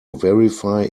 verify